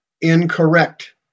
incorrect